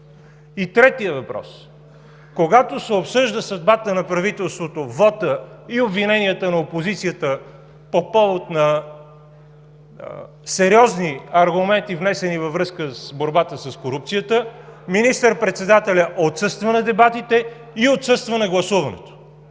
третият въпрос, когато се обсъжда съдбата на правителството, вота и обвиненията на опозицията по повод на сериозни аргументи, внесени във връзка с борбата с корупцията, министър-председателят отсъства на дебатите и отсъства на гласуването.